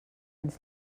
ens